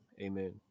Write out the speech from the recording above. amen